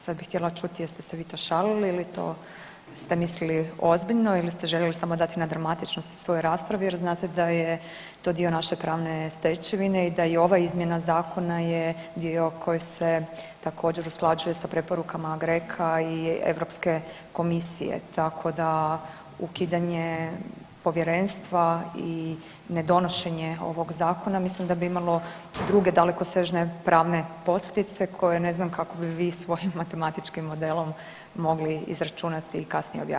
Sad bih htjela čuti jeste se vi to šalili ili to ste mislili ozbiljno ili ste željeli samo dati na dramatičnosti svojoj raspravi jer znate da je to dio naše pravne stečevine i da je ova izmjena zakona je dio koji se također usklađuje sa preporukama GRECO-a i EU komisije, tako da ukidanje Povjerenstva i nedonošenje ovoga Zakona mislim da bi imalo druge dalekosežne pravne posljedice koje ne znam kako vi svojim matematičkim modelom bi mogli izračunati i kasnije objasniti.